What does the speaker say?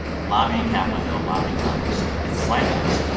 lobbying capitol hill, lobbying congress and the white house.